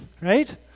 Right